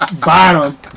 bottom